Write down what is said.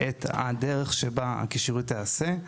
את הדרך שבה הקישוריות תיעשה.